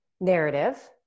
narrative